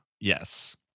Yes